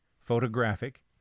Photographic